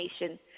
nation